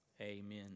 Amen